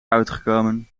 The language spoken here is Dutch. uitgekomen